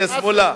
חבר הכנסת מולה,